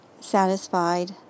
satisfied